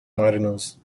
mariners